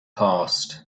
passed